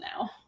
now